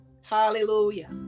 Hallelujah